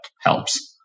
helps